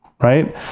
Right